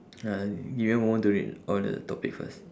uh give me a moment to read all the topic first